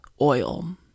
oil